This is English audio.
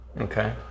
Okay